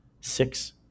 Six